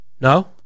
No